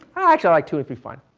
i actually like two and three fine.